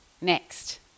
next